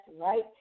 right